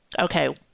okay